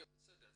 בסדר.